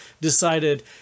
decided